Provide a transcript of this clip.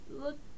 look